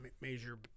Major